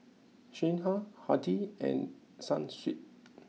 Singha Hardy's and Sunsweet